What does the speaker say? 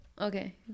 Okay